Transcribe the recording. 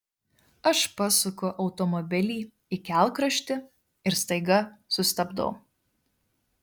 aš pasuku automobilį į kelkraštį ir staiga sustabdau